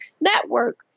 network